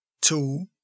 Two